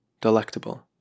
delectable